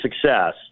success